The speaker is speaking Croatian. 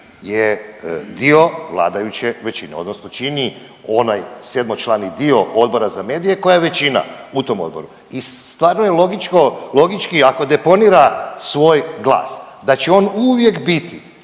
je dio vladajuće većine odnosno čini onaj sedmočlani dio Odbora za medije koja je većina u tom odboru i stvarno je logičko, logički je ako deponira svoj glas da će on uvijek biti